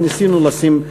וניסינו לשים דגש.